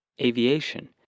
aviation